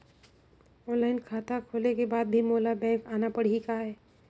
Online खाता खोले के बाद भी मोला बैंक आना पड़ही काय?